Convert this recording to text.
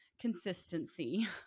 consistency